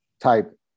type